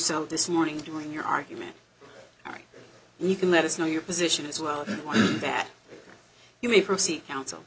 so this morning during your argument and you can let us know your position as well that you may proceed counsel